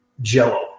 jello